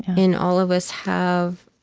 and all of us have